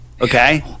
okay